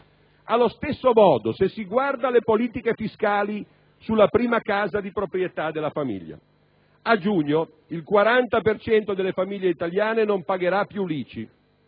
Allo stesso modo, se si guarda alle politiche fiscali sulla prima casa di proprietà della famiglia. A giugno, il 40 per cento delle famiglie italiane non pagherà più l'ICI